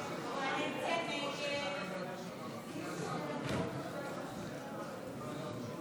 הסתייגות 114 לחלופין ג לא נתקבלה.